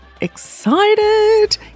excited